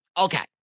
Okay